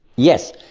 yes,